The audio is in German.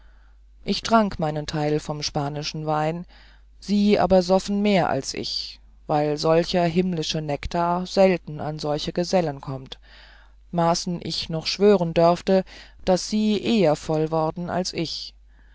ich trank meinen teil mit vom spanischen wein sie aber soffen mehr als ich weil solcher himmlischer nektar selten an solche gesellen kommt maßen ich noch schwören dörfte daß sie eher voll worden als ich